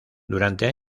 durante